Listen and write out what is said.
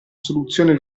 soluzione